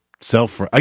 self